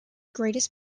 greatest